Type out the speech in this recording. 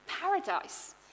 paradise